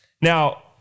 Now